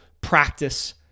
practice